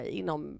inom